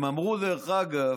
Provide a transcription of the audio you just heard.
הם אמרו, דרך אגב,